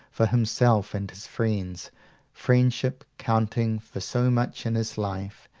for himself and his friends friendship counting for so much in his life,